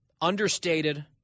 Understated